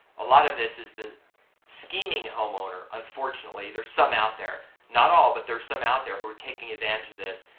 a lot of this is the scheming homeowner. unfortunately there s some out there. not all but there are some out there who are taking advantage of this.